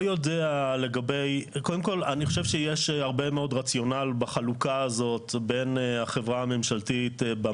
יודע בוועדה שהיתה תחת חברת הכנסת יעל רון